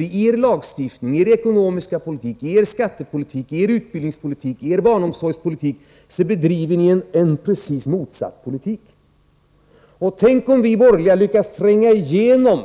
I er lagstiftning, er ekonomiska politik, skattepolitik, utbildningspolitik och barnomsorgspolitik bedriver ni en precis motsatt politik. Och tänk om vi borgerliga lyckas tränga igenom